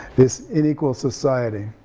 this inequal society.